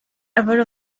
aware